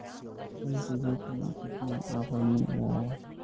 Cultivator में कितना offer मिल रहा है?